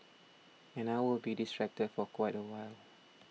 and I will be distracted for quite a while